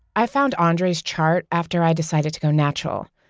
i found andre's chart after i decided to go natural.